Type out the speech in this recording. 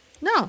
No